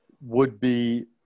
would-be